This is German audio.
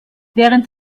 während